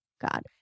God